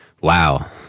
wow